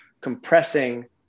compressing